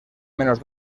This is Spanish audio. menos